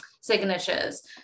signatures